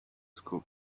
school